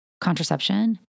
contraception